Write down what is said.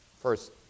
first